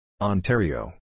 Ontario